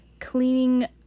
cleaning